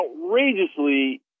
outrageously